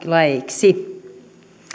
laeiksi